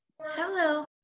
Hello